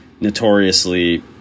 notoriously –